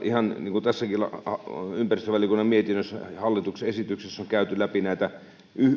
ihan niin kuin meillä tässäkin ympäristövaliokunnan mietinnössä ja hallituksen esityksessä on käyty läpi näitä